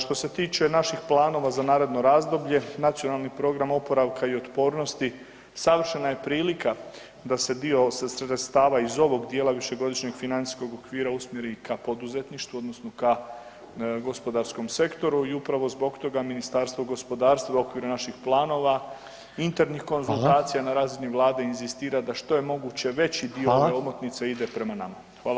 Što se tiče naših planova za naredno razdoblje, nacionalni program oporavka i otpornosti savršena je prilika da se dio sredstava iz ovog dijela višegodišnjeg financijskog okvira usmjeri ka poduzetništvu odnosno ka gospodarskom sektoru i upravo zbog toga Ministarstvo gospodarstva u okviru naših planova, internih konzultacija [[Upadica: Hvala.]] na razini Vlade inzistira da što je moguće veći dio ove omotnice ide prema [[Upadica: Hvala.]] nama.